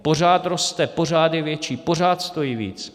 Pořád roste, je pořád větší, pořád stojí víc.